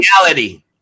reality